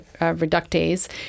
reductase